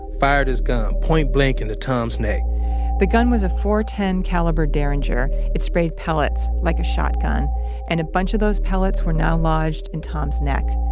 fired his gun point blank into tom's neck the gun was a four ten caliber derringer. it sprayed pellets like a shotgun and a bunch of those pellets were now lodged and tom's neck.